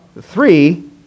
three